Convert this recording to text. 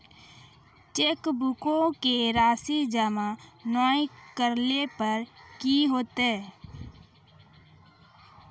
चेकबुको के राशि जमा नै करला पे कि होतै?